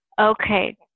Okay